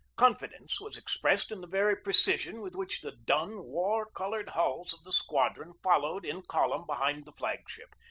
confidence was ex pressed in the very precision with which the dun, war-colored hulls of the squadron followed in column behind the flag-ship,